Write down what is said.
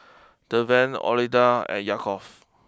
Deven Ottilia and Yaakov